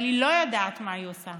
אבל היא לא יודעת מה היא עושה.